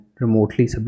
remotely